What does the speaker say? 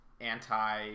anti-